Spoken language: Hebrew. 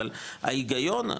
אבל ההיגיון,